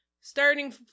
Starting